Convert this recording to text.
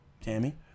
Tammy